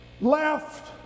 left